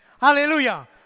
Hallelujah